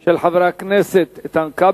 3844 ו-3895 של חברי הכנסת איתן כבל,